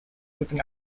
written